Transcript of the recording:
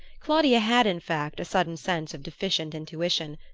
claudia had in fact a sudden sense of deficient intuition.